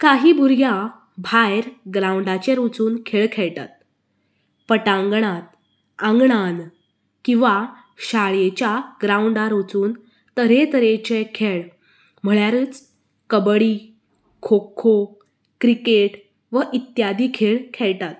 काही भुरग्यांक भायर ग्रावंडाचेर वचून खेळ खेळटात पटागंणांत आंगणान किंवा शाळेच्या ग्रावंडार वचून तरेतरेचे खेळ म्हणल्यारूच कबडी खो खो क्रिकेट व इत्यादी खेळ खेळटात